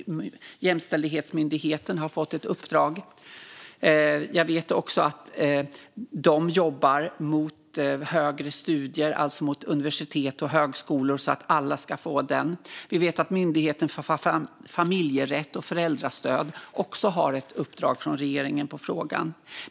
Jämställdhetsmyndigheten har fått ett uppdrag. Jag vet också att de jobbar mot högre studier, alltså mot universitet och högskolor, så att alla ska få den här kunskapen. Vi vet att Myndigheten för familjerätt och föräldraskapsstöd också har ett uppdrag från regeringen i frågan.